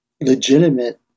legitimate